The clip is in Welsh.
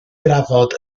drafod